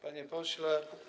Panie Pośle!